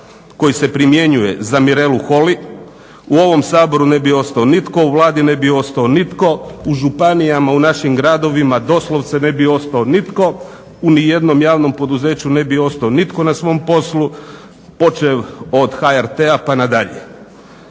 koji se primjenjuje za Mirelu Holly u ovom Saboru ne bi ostao nitko, u Vladi ne bi ostao nitko u županijama, u našim gradovima doslovce ne bi ostao nitko, u nijednom javnom poduzeću ne bi ostao nitko na svom poslu, počev od HRT-a nadalje.